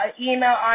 email